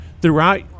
throughout